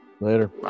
Later